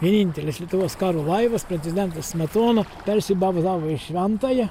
vienintelis lietuvos karo laivas prezidentas smetona persibazavo į šventąją